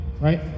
right